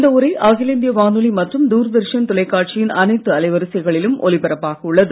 இந்த உரை அகில இந்திய வானொலி மற்றும் தூர்தர்ஷன் தொலைக்காட்சியின் அனைத்து அலைவரிசைகளிலும் ஒளிப்பரப்பாக உள்ளது